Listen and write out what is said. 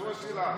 זו השאלה.